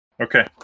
Okay